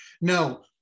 No